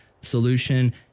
solution